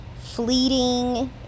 fleeting